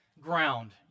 ground